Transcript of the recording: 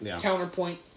counterpoint